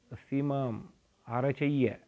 तस्सीमाम् आरचय्य